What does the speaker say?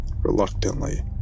reluctantly